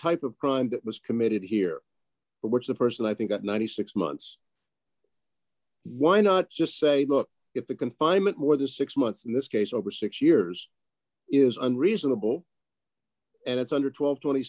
type of crime was committed here which the person i think at ninety six months why not just say look if the confinement more than six months in this case over six years is unreasonable and it's under